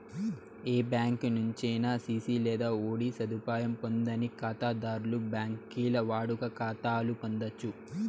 ఏ బ్యాంకి నుంచైనా సిసి లేదా ఓడీ సదుపాయం పొందని కాతాధర్లు బాంకీల్ల వాడుక కాతాలు పొందచ్చు